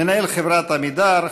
מנהל חברת עמידר,